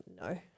no